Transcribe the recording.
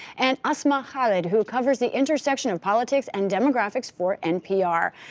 and asma khalid, who covers the intersection of politics and demographics for npr.